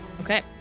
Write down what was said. Okay